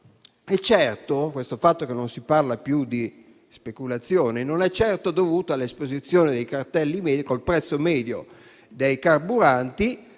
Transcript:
due mesi fa. Il fatto che non si parli più di speculazione non è certo dovuto all'esposizione dei cartelli con il prezzo medio dei carburanti,